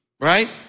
Right